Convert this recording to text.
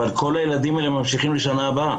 אבל כל הילדים האלה ממשיכים לשנה הבאה